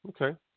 Okay